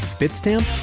Bitstamp